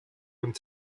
und